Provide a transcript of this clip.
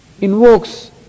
invokes